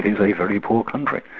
very, very poor country.